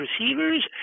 receivers